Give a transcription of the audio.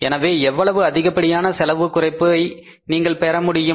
எனவே எவ்வளவு அதிகப்படியான செலவு குறைப்பை நீங்கள் பெறமுடியும்